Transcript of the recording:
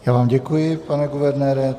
Já vám děkuji, pane guvernére.